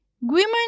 Women